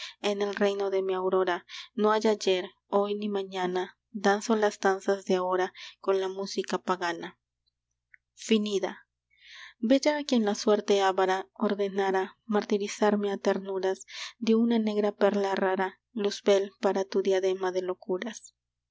en el reino de mi aurora no hay ayer hoy ni mañana danzo las danzas de ahora con la música pagana ffinida bella a quien la suerte avara ordenara martirizarme a ternuras dió una negra perla rara luzbel para tu diadema de locuras